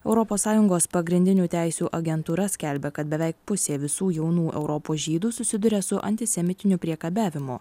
europos sąjungos pagrindinių teisių agentūra skelbia kad beveik pusė visų jaunų europos žydų susiduria su antisemitiniu priekabiavimu